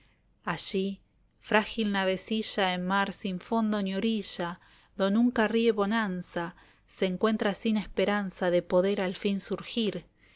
allí frágil navecilla en mar sin fondo ni orilla do nunca ríe bonanza se encuentra sin esperanza de poder al fin surgir